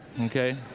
okay